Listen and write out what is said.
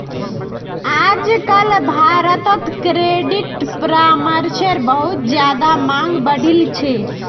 आजकल भारत्त क्रेडिट परामर्शेर बहुत ज्यादा मांग बढ़ील छे